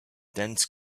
dense